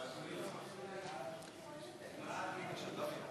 סעיפים 1 7 נתקבלו.